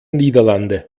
niederlande